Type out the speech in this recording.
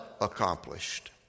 accomplished